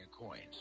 Coins